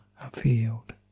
afield